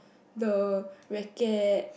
the racket